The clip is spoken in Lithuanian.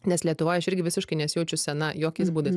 nes lietuvoj aš irgi visiškai nesijaučiu sena jokiais būdais